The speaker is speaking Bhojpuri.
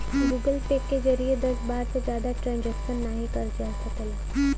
गूगल पे के जरिए दस बार से जादा ट्रांजैक्शन नाहीं करल जा सकला